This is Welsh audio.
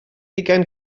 ugain